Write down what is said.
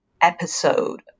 episode